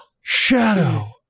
shadow